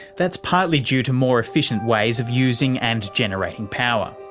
that's partly due to more efficient ways of using and generating power.